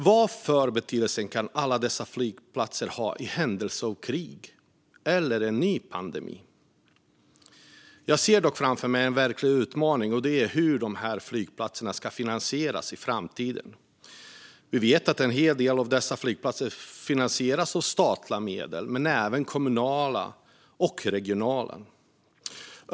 Vilken betydelse kan alla dessa flygplatser ha i händelse av krig eller en ny pandemi? Jag ser framför mig en verklig utmaning, och det är hur flygplatserna ska finansieras i framtiden. Vi vet att en hel del av dem finansieras av statliga medel men även av kommunala och regionala medel.